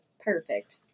perfect